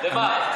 למה?